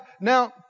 Now